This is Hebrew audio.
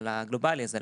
על הגלובלי הזה,